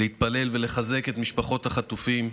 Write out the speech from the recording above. להתפלל ולחזק את משפחות החטופים,